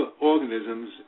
organisms